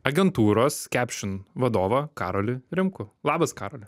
agentūros kepšin vadovą karolį rimkų labas karoli